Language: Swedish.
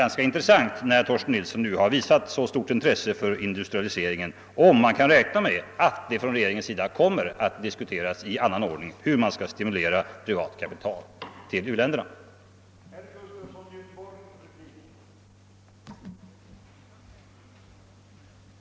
När nu Torsten Nilsson visat så stort intresse för industrialiseringen tycker jag då att det vore intressant att få veta hur privata kapitalinsatser skall kunna stimuleras i u-länderna och om man nu får räkna med att regeringen kommer att diskutera frågan i annat sammanhang.